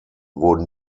wurden